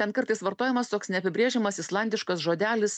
ten kartais vartojamas toks neapibrėžiamas islandiškas žodelis